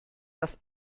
das